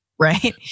right